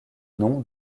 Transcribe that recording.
non